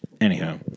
anyhow